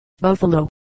Buffalo